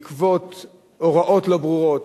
בעקבות הוראות לא ברורות,